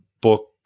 book